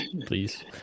please